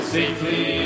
safely